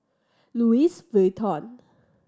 Louis Vuitton